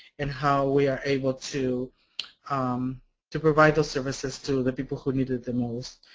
and how we are able to um to provide those services to the people who needed them most.